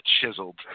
chiseled